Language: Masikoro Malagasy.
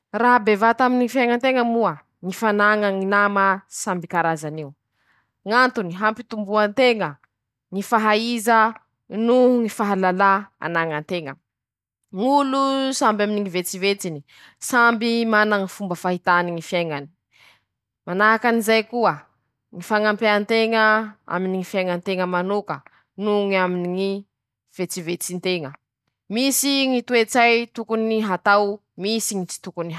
Laha zaho raiky avao ro an-trañonay ao, ka limy minity avao e ñy sisa hihinanako :-Atokoko ñy rice cookera, asiako rano mafana, ajoboko ao ñy paty malaky masaky io manahaky ñy elico ñy paty matsiro, tsy raha ela mahamasaky any reñe, telo minity avao e fa mi<…>.